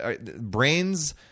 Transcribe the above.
brains